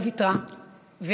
לא ויתרה,